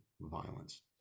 violence